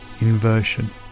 inversion